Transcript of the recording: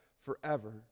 forever